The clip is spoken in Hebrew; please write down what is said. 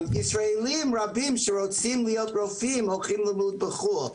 ישראלים רבים שרוצים להיות רופאים הולכים ללמוד בחו"ל,